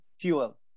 fuel